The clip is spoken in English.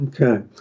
Okay